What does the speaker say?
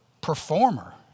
performer